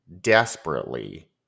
desperately